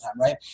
right